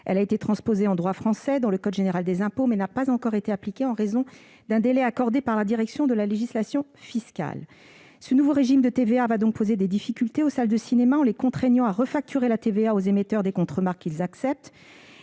a été transposée en droit français, dans le code général des impôts, mais elle n'a pas encore été appliquée en raison d'un délai accordé par la direction de la législation fiscale. Ce nouveau régime de TVA va poser des difficultés aux salles de cinéma, en les contraignant à refacturer la TVA aux émetteurs des contremarques qu'ils acceptent.